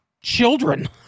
children